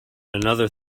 another